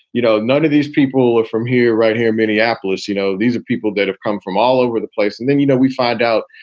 you know, none of these people are from here, right here, minneapolis. you know, these are people that have come from all over the place. and then, you know, we find out,